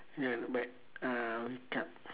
ya but uh I wake up